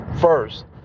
first